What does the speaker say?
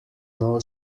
know